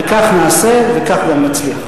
וכך נעשה וכך גם נצליח.